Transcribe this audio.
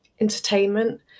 entertainment